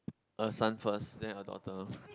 a son first then a daughter